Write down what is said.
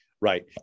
right